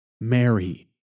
Mary